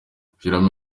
gushyiramo